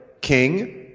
king